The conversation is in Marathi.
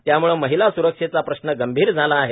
त्यामुळे महिला स्रक्षेचा प्रश्न गंभीर झाला आहे